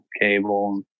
cable